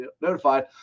notified